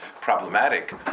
problematic